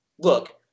Look